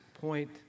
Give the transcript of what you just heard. point